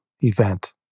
event